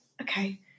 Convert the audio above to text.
okay